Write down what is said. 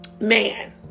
man